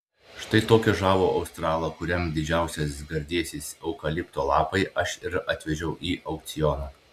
štai tokį žavų australą kuriam didžiausias gardėsis eukalipto lapai aš ir atvežiau į aukcioną